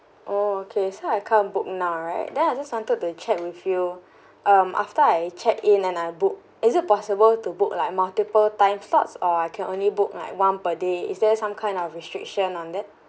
oh okay so I can't book now right then I just wanted to check with you um after I checked in and I book is it possible to book like multiple time slots or I can only book like one per day is there some kind of restriction on that